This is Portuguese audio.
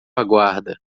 aguarda